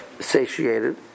satiated